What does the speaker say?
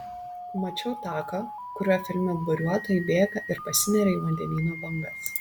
mačiau taką kuriuo filme buriuotojai bėga ir pasineria į vandenyno bangas